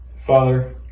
Father